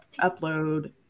upload